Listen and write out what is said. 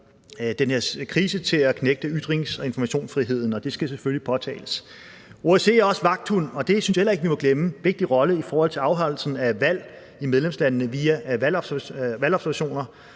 krise til at knægte ytrings- og informationsfriheden, og det skal selvfølgelig påtales. OSCE er også vagthund, og det synes jeg heller ikke vi må glemme. Det er en vigtig rolle i forhold til afholdelsen af valg i medlemslandene via valgobservationer.